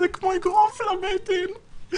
זה כמו אגרוף לבטן.